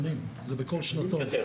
יותר.